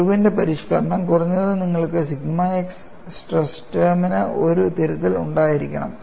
ഇർവിന്റെ പരിഷ്ക്കരണം കുറഞ്ഞത് നിങ്ങൾക്ക് സിഗ്മ x സ്ട്രെസ് ടേമിന് ഒരു തിരുത്തൽ ഉണ്ടായിരിക്കണം